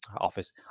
office